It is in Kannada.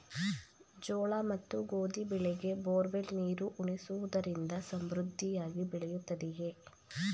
ಜೋಳ ಮತ್ತು ಗೋಧಿ ಬೆಳೆಗೆ ಬೋರ್ವೆಲ್ ನೀರು ಉಣಿಸುವುದರಿಂದ ಸಮೃದ್ಧಿಯಾಗಿ ಬೆಳೆಯುತ್ತದೆಯೇ?